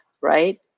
right